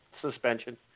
suspension